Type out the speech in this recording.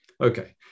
Okay